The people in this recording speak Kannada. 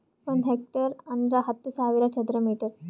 ಒಂದ್ ಹೆಕ್ಟೇರ್ ಅಂದರ ಹತ್ತು ಸಾವಿರ ಚದರ ಮೀಟರ್